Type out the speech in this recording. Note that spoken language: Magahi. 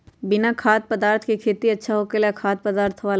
बिना खाद्य पदार्थ के खेती अच्छा होखेला या खाद्य पदार्थ वाला?